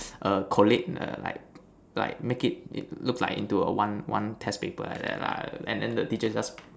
err collate err like like make it look like into a one one test paper like that lah and then the teacher just